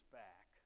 back